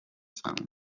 sound